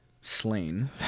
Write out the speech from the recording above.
slain